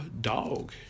dog